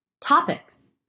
topics